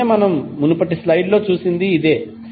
దీనినే మనం మునుపటి స్లైడ్లో చూసినది ఇదే